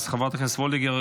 אז חברת הכנסת וולדיגר,